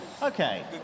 Okay